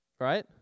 Right